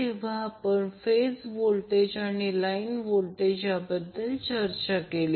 तेव्हा आपण phase voltage आणि लाईन व्होल्टेज यांच्याबद्दल चर्चा केली